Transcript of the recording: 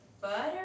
butter